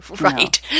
right